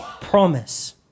promise